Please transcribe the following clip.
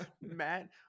Matt